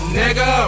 nigga